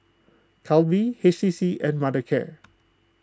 Calbee H T C and Mothercare